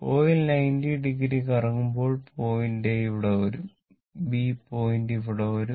coil 90 degree കറങ്ങുമ്പോൾ point A ഇവിടെ വരും ബി പോയിന്റ് ഇവിടെ വരും